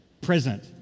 present